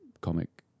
comic